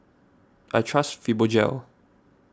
I trust Fibogel